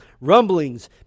rumblings